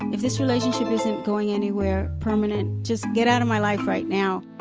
if this relationship isn't going anywhere permanent, just get out of my life right now,